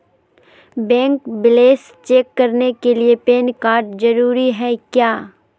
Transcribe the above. Bank balance check करने के लिए पैन कार्ड जरूरी है क्या?